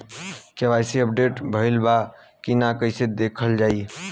KYC update भइल बा कि ना कइसे देखल जाइ?